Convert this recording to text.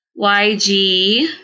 YG